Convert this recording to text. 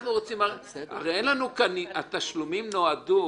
הרי התשלומים נועדו